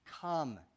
come